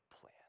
plan